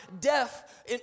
deaf